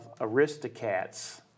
Aristocats